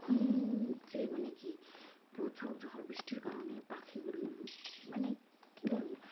এখন যে মানে কি প্রচুর ঝড় বৃষ্টির কারণে পাখিগুলো মানে কী বলবো